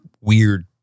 weird